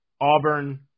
Auburn